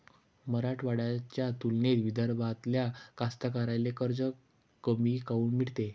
मराठवाड्याच्या तुलनेत विदर्भातल्या कास्तकाराइले कर्ज कमी काऊन मिळते?